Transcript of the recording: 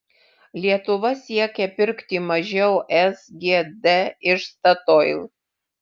lietuva siekia pirkti mažiau sgd iš statoil